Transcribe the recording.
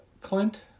Clint